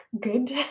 good